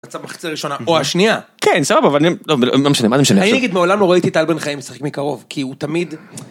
רצה מחצית הראשונה או השנייה כן סבבה אבל אני לא משנה מה זה משנה עכשיו אני נגיד מעולם לא ראיתי את טל בן חיים משחק מקרוב כי הוא תמיד.